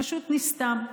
פשוט נסתם.